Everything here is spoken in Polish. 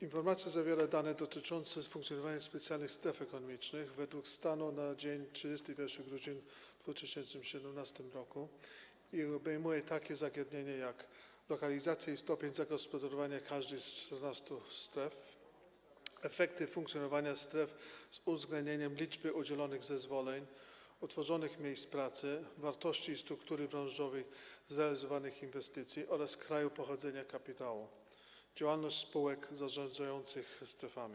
Informacja zawiera dane dotyczące funkcjonowania specjalnych stref ekonomicznych według stanu na dzień 31 grudnia 2017 r. i obejmuje takie zagadnienia, jak: lokalizacja i stopień zagospodarowania każdej z 14 stref; efekty funkcjonowania stref, z uwzględnieniem liczby udzielonych zezwoleń, utworzonych miejsc pracy, wartości i struktury branżowej zrealizowanych inwestycji oraz kraju pochodzenia kapitału; działalność spółek zarządzających strefami.